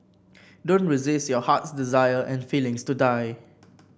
don't resist your heart's desire and feelings to die